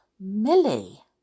Millie